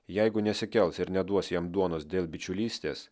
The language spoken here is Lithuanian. jeigu nesikels ir neduos jam duonos dėl bičiulystės